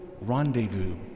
rendezvous